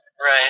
right